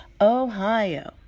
Ohio